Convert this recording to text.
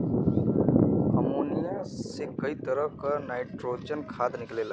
ammonia से कई तरह क नाइट्रोजन खाद निकलेला